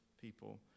people